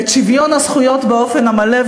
את שוויון הזכויות באופן המלא,